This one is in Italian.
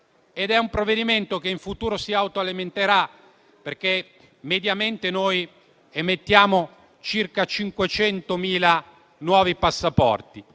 è un provvedimento che, in futuro, si autoalimenterà. Mediamente, noi emettiamo circa 500.000 nuovi passaporti,